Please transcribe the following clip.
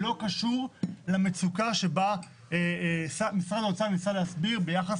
לא קשור למצוקה שבה משרד האוצר ניסה להסביר ביחס